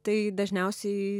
tai dažniausiai